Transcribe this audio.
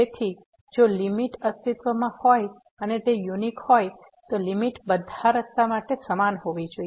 તેથી જો લીમીટ અસ્તિત્વમાં હોય અને તે યુનિક હોય તો લીમીટ બધા રસ્તા માટે સમાન હોવી જોઈએ